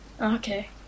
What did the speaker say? Okay